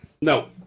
No